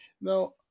Now